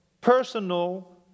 personal